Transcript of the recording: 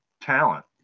talent